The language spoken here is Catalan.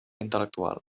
intel·lectual